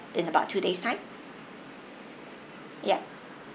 in about two days' time yup